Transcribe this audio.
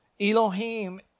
Elohim